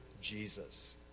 Jesus